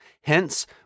Hence